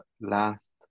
last